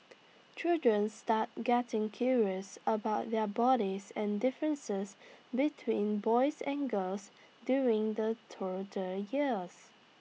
children start getting curious about their bodies and differences between boys and girls during the toddler years